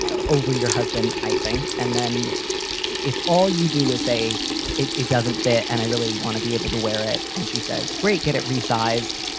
ah over your husband, i think. and then if all you do is a it it doesn't fit. and i really want to be able to wear it. and she says, great. get it resized.